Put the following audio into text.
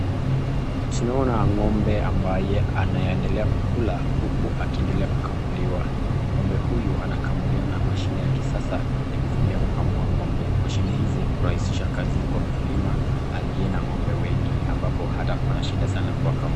Tunaona ng'ombe ambaye anaendelea kukula, huku akiendelea kukamuliwa.Ng'ombe huyu anakamuliwa na mashine ya kisasa, ya kutumia kukamua ng'ombe. Mashine hizi hurahisisha kazi kwa mkulima aliye na ng'ombe wengi ambapo hatakuwa na shida sana kuwakamua.